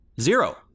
Zero